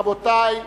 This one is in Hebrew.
רבותי,